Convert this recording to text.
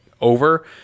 over